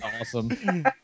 awesome